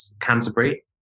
Canterbury